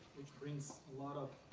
which brings a lot of,